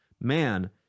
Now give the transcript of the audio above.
man